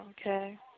okay